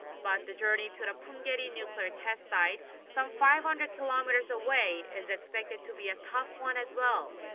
but the journey to the punggye-ri nuclear test site, some five hundred kilometers away, is expected to be a tough one as well.